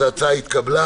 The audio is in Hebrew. ההצעה התקבלה